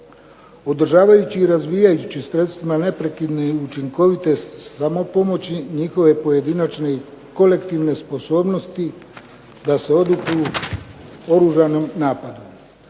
održavajući i razvijajući sredstvima neprekidne i učinkovite samopomoći njihove pojedinačne i kolektivne sposobnosti da se odupru oružanom napadu.